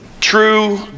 true